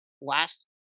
Last